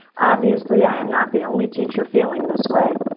obviously, i am not the only teacher feeling this way.